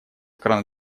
кран